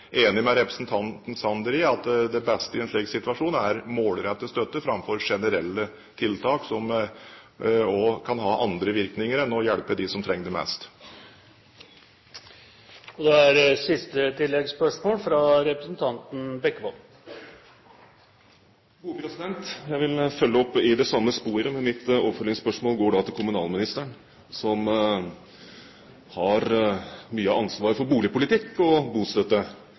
enig med representanten Sanner i at det beste i en slik situasjon er målrettet støtte framfor generelle tiltak, som kan ha andre virkninger enn å hjelpe dem som trenger det mest. Geir Jørgen Bekkevold – til siste oppfølgingsspørsmål. Jeg vil følge opp i det samme sporet, men mitt oppfølgingsspørsmål går til kommunalministeren, som har mye av ansvaret for boligpolitikk og bostøtte.